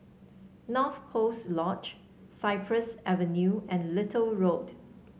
North Coast Lodge Cypress Avenue and Little Road